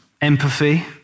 Empathy